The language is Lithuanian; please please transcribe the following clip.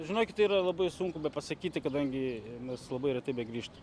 žinokite yra labai sunku bepasakyti kadangi mes labai retai begrįžtam